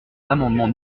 l’amendement